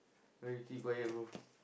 why you keep quiet bro